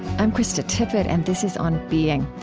i'm krista tippett, and this is on being.